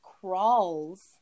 crawls